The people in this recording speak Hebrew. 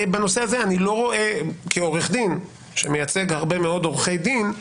בנושא הזה, כעורך דין שמייצג הרבה מאוד עורכי דין,